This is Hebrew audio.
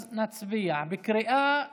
אז נצביע, בקריאה שנייה,